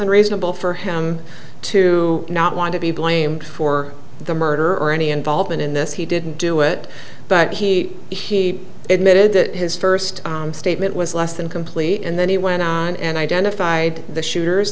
unreasonable for him to not want to be blamed for the murder or any involvement in this he didn't do it but he he admitted that his first statement was less than complete and then he went in and identified the shooters